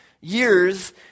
years